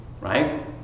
right